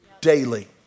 daily